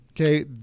Okay